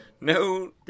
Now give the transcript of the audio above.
no